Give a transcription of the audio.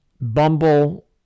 bumble